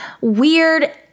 weird